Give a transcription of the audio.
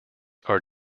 are